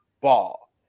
ball